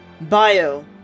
Bio